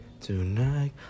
Tonight